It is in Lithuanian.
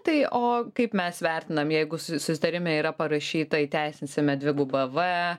tai o kaip mes vertinam jeigu susitarime yra parašyta įteisinsime dvigubą v